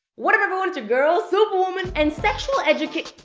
what up everyone? it's your girl, iisuperwomanii, and sexual educa.